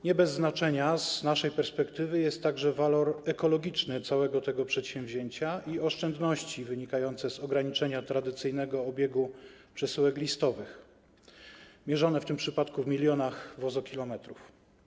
Nie bez znaczenia z naszej perspektywy jest także walor ekologiczny całego przedsięwzięcia i oszczędności wynikające z ograniczenia tradycyjnego obiegu przesyłek listowych mierzone w tym przypadku w milionach wozokilometrów.